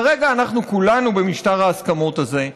כרגע אנחנו כולנו במשטר ההסכמות הזה,